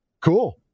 cool